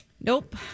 Nope